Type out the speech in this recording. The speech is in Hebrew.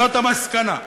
זאת המסקנה.